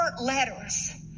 letters